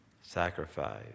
sacrifice